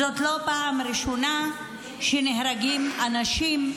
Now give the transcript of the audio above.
זאת לא פעם ראשונה שבה נהרגים אנשים,